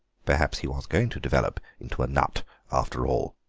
perhaps he was going to develop into a nut after all.